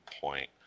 point